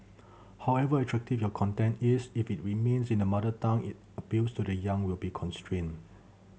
however attractive your content is if it remains in the mother tongue it appeal to the young will be constrained